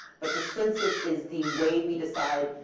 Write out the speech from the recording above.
but the census is the way we decide,